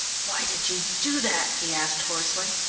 why did you do that? he asked hoarsely.